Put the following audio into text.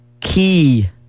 key